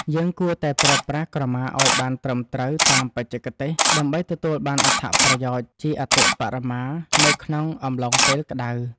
យើងគួរតែប្រើប្រាស់ក្រមាឱ្យបានត្រឹមត្រូវតាមបច្ចេកទេសដើម្បីទទួលបានអត្ថប្រយោជន៍ជាអតិបរមានៅក្នុងអំឡុងពេលក្តៅ។